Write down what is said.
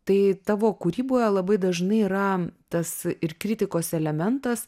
tai tavo kūryboje labai dažnai yra tas ir kritikos elementas